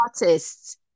artists